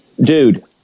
Dude